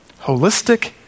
Holistic